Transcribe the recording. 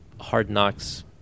hard-knocks